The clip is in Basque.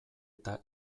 eta